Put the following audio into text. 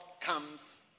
comes